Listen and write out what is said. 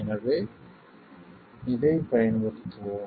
எனவே இதைப் பயன்படுத்துவோம்